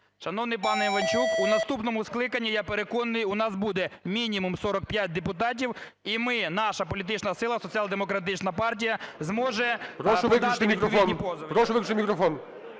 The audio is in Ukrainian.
Шановний пане Іванчук, у наступному скликанні, я переконаний, у нас буде мінімум 45 депутатів, і ми, наша політична сила Соціал-демократична партія зможе… ГОЛОВУЮЧИЙ.